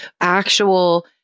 actual